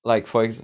like for exam~